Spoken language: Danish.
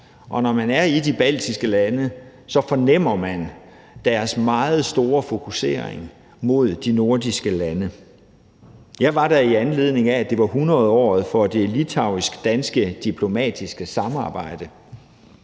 Og når man er i de baltiske lande, fornemmer man deres meget store fokusering mod de nordiske lande. Jeg var der, i anledning af at det var hundredåret for det litauisk-danske diplomatiske samarbejde.